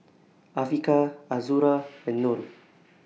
Afiqah Azura and Nor